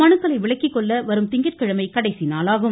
மனுக்களை விலக்கிக் கொள்ள வரும் திங்கட்கிழமை கடைசிநாளாகும்